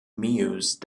meuse